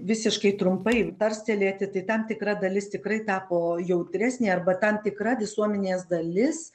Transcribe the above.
visiškai trumpai tarstelėti tai tam tikra dalis tikrai tapo jautresnė arba tam tikra visuomenės dalis